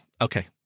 Okay